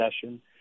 session